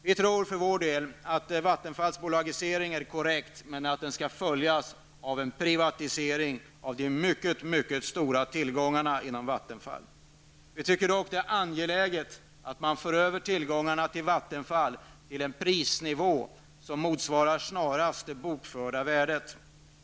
Vi tror för vår del att Vattenfalls bolagisering är korrekt, men att den skall följas av en privatisering av de mycket stora tillgångarna inom Vattenfall. Vi tycker dock att det är angeläget att man för över tillgångarna i Vattenfall till en prisnivå som motsvarar det bokförda värdet.